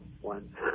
one